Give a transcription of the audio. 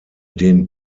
den